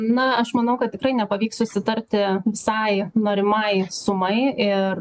na aš manau kad tikrai nepavyks susitarti visai norimai sumai ir